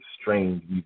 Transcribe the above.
strange